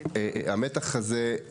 המתח הזה,